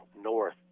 north